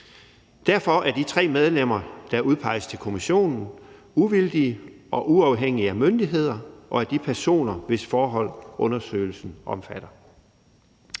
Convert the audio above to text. Derfor er de tre medlemmer, der udpeges til kommissionen, uvildige og uafhængige af myndigheder og af de personer, hvis forhold undersøgelsen omfatter.